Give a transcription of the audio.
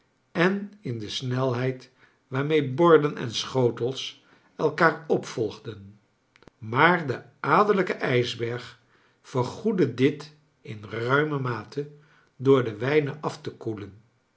en in de snelheid waarmee borden en schotels elkaar opvolgden maar de adellijke ijsberg vergoedde dit in rnime mate door de wijnen af te koelen